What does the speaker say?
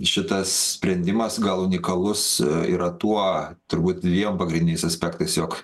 šitas sprendimas gal unikalus yra tuo turbūt dviem pagrindiniais aspektais jog